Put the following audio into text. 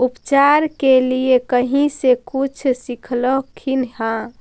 उपचार के लीये कहीं से कुछ सिखलखिन हा?